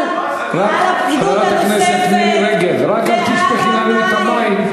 על הפקידות הנוספת ועל המים.